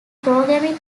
programming